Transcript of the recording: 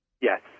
Yes